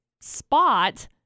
spot